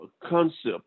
concept